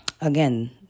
again